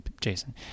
Jason